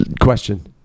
Question